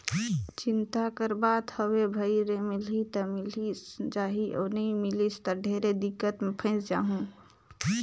चिंता कर बात हवे भई रे मिलही त मिलिस जाही अउ नई मिलिस त ढेरे दिक्कत मे फंयस जाहूँ